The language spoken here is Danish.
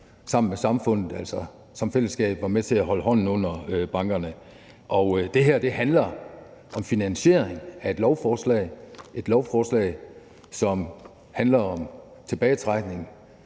sammen med samfundet, altså fællesskabet, var med til at holde hånden under bankerne. Det her handler om finansiering af et lovforslag, et lovforslag, som handler om tilbagetrækning,